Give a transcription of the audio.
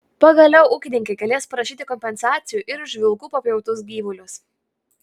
pagaliau ūkininkai galės prašyti kompensacijų ir už vilkų papjautus gyvulius